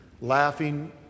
laughing